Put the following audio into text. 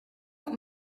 not